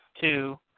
two